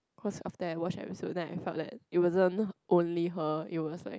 cause after I watch episode then I felt that it wasn't only her it was like